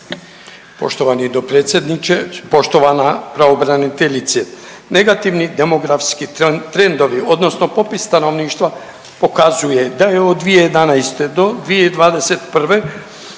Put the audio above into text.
Poštovani dopredsjedničke, poštovana pravobraniteljice, negativni demografski trendovi, odnosno popis stanovništva pokazuje da je 2011. do 2021.